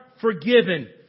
forgiven